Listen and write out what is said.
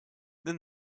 then